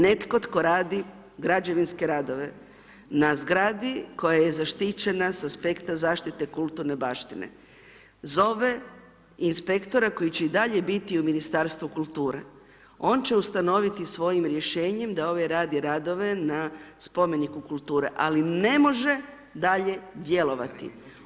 Netko tko radi građevinske radove na zgradi koja je zaštićena sa aspekta zaštite kulturne baštine, zove inspektora koji će i dalje biti u Ministarstvu kulture, on će ustanoviti svojim rješenjem da ovaj radi radove na spomeniku kulture, ali ne može dalje djelovati.